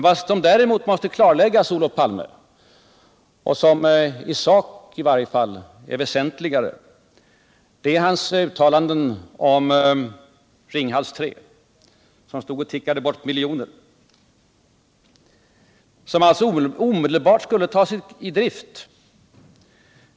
Vad som däremot måste klarläggas, Olof Palme, och som i sak i varje fall är väsentligare, är Olof Palmes uttalanden om Ringhals 3, som påstods stå och ticka bort miljoner och som därför omedelbart skulle tas i drift.